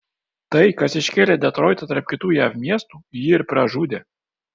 tai kas iškėlė detroitą tarp kitų jav miestų jį ir pražudė